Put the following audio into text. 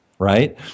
Right